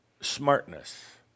smartness